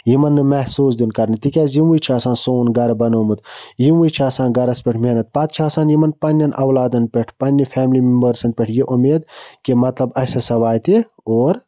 یِمَن نہٕ محسوٗس دیُن کَرنہٕ تِکیٛازِ یِموٕے چھِ آسان سون گَرٕ بَنومُت یِموٕے چھِ آسان گَرَس پٮ۪ٹھ محنت پَتہٕ چھِ آسان یِمَن پَنٛنٮ۪ن اولادَن پٮ۪ٹھ پَنٛنہِ فیملی مٮ۪مبٲرسَن پٮ۪ٹھ یہِ اُمید کہِ مَطلَب اَسہِ ہَسا واتہِ اور